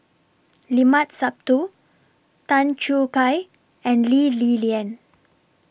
Limat Sabtu Tan Choo Kai and Lee Li Lian